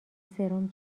سرم